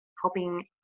helping